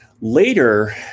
Later –